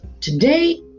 today